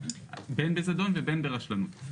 בין בזדון ובין ברשלנות.